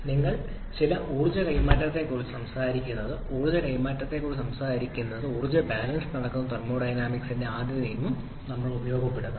ഞങ്ങൾ ചില energy ർജ്ജ കൈമാറ്റത്തെക്കുറിച്ചാണ് സംസാരിക്കുന്നത് energy ർജ്ജ കൈമാറ്റത്തെക്കുറിച്ച് സംസാരിക്കുമ്പോഴെല്ലാം energy ർജ്ജ ബാലൻസ് നൽകുന്ന തെർമോഡൈനാമിക്സിന്റെ ആദ്യ നിയമം ഞങ്ങൾ ഉപയോഗപ്പെടുത്തണം